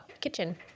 kitchen